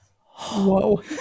Whoa